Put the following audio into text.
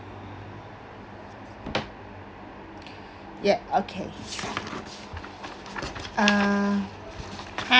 ya okay uh